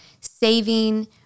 saving